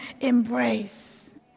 embrace